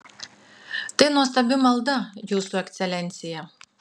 tai nuostabi malda jūsų ekscelencija